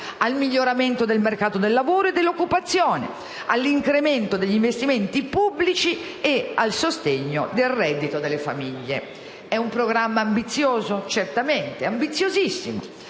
al miglioramento del mercato del lavoro e dell'occupazione, all'incremento degli investimenti pubblici e al sostegno al reddito delle famiglie. È un programma ambizioso? Certamente, ambiziosissimo.